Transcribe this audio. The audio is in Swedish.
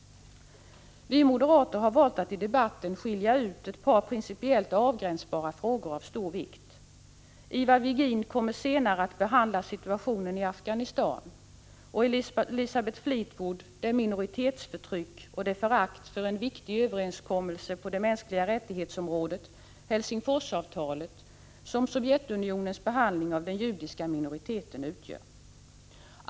Vi moderater har valt att i debatten skilja ut ett par principiellt avgränsbara frågor av stor vikt. Ivar Virgin kommer senare att behandla situationen i Afghanistan och Elisabeth Fleetwood det minoritetsförtryck och det förakt för en viktig överenskommelse på området för mänskliga rättigheter — Helsingforsavtalet — som Sovjetunionens behandling av den judiska minoriteten utgör.